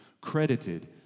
credited